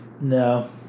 No